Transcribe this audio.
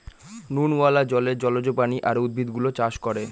নুনওয়ালা জলে জলজ প্রাণী আর উদ্ভিদ গুলো চাষ করে